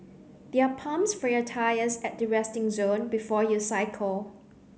there are pumps for your tyres at the resting zone before you cycle